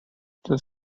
this